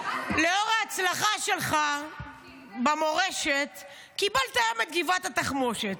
לאור ההצלחה שלך במורשת קיבלת היום את גבעת התחמושת.